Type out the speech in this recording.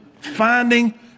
finding